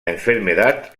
enfermedad